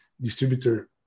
distributor